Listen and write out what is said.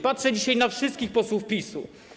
Patrzę dzisiaj na wszystkich posłów PiS-u.